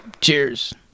Cheers